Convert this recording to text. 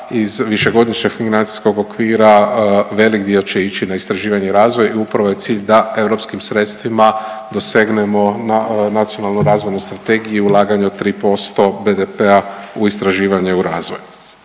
iz višegodišnjeg financijskog okvira velik dio će ići na istraživanje i razvoj i upravo je cilj da europskim sredstvima dosegnemo Nacionalnu razvojnu strategiju ulaganja od 3% BDP-a u istraživanje u razvoj.